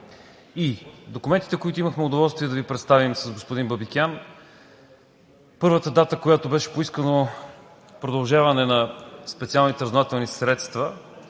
Документите, които имахме удоволствие да Ви представим с господин Бабикян – първата дата, когато беше поискано продължаване на специалните разузнавателни средства,